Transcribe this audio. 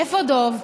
איפה דב?